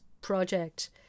project